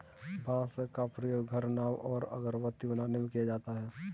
बांस का प्रयोग घर, नाव और अगरबत्ती बनाने में किया जाता है